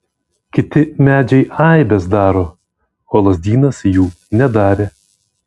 kiti medžiai eibes daro o lazdynas jų nedarė